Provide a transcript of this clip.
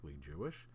Jewish